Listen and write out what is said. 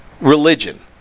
religion